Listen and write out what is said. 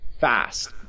fast